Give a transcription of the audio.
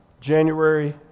January